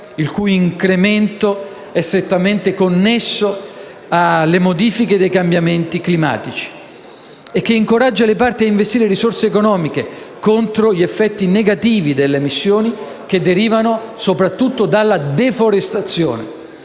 il cui incremento è strettamente connesso ai cambiamenti climatici. Il trattato, altresì, incoraggia le parti a investire risorse economiche contro gli effetti negativi delle emissioni che derivano soprattutto dalla deforestazione.